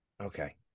Okay